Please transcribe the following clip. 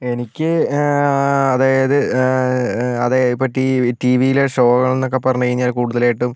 എനിക്ക് അതായത് അത് ഇപ്പോൾ ടി വി ടി വിയിലെ ഷോകൾ എന്നൊക്കെ പറഞ്ഞുകഴിഞ്ഞാൽ കൂടുതലായിട്ടും